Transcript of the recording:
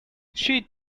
she